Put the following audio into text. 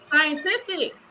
Scientific